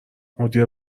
مدیر